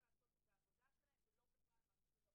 כמו עאידה תומא סלימאן וכמו כל שאר החברים,